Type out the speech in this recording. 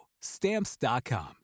Stamps.com